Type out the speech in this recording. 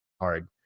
hard